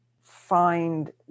find